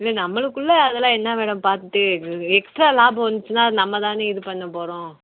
இது நம்மளுக்குள்ள அதெல்லாம் என்ன மேடம் பார்த்துட்டு எக்ஸ்ட்ராக லாபம் வந்துச்சின்னா அது நம்ம தான் இது பண்ண போகிறோம்